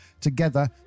together